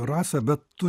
rasa bet tu